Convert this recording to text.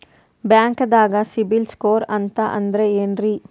ಬ್ಯಾಂಕ್ದಾಗ CIBIL score ಅಂತ ಅಂದ್ರೆ ಏನ್ರೀ?